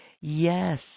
Yes